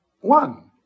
one